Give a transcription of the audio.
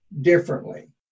differently